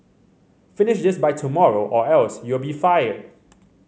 finish this by tomorrow or else you'll be fired